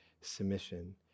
submission